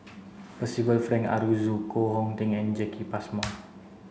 Percival Frank Aroozoo Koh Hong Teng and Jacki Passmore